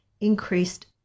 increased